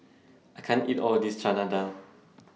I can't eat All of This Chana Dal